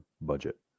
budget